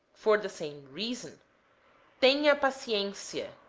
for the same reason tenha paciencia